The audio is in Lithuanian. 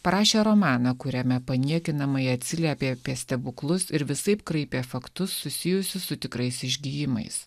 parašė romaną kuriame paniekinamai atsiliepė apie stebuklus ir visaip kraipė faktus susijusius su tikrais išgijimais